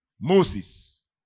Moses